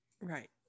right